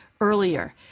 earlier